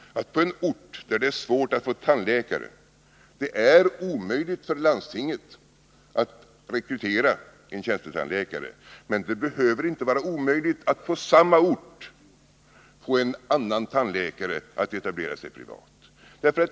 På en ort där det är omöjligt för landstinget att rekrytera en tjänstetandläkare behöver det inte vara omöjligt att få en annan tandläkare att etablera sig privat.